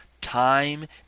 time